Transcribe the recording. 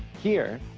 here,